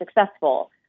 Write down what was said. successful